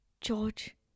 George